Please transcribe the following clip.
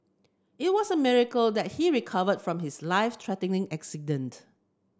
it was a miracle that he recovered from his life threatening accident